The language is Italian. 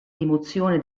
rimozione